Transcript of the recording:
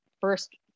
first